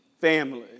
family